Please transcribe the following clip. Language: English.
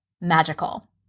magical